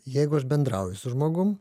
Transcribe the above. jeigu aš bendrauju su žmogum